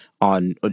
on